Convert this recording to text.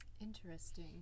interesting